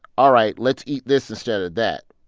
all right, let's eat this instead of that.